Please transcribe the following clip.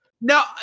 No